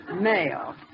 Male